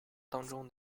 当中